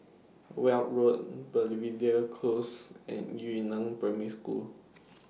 Weld Road Belvedere Close and Yu Neng Primary School